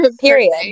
Period